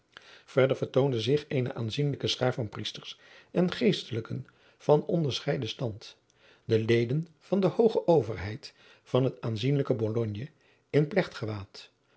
maurits lijnslager zich eene aanzienlijke schaar van priesters en geestelijken van onderscheiden stand de leden van de hooge overheid van het aanzienlijke bologne in